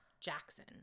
Jackson